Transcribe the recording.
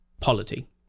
polity